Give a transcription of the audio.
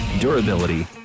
durability